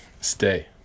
stay